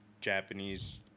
Japanese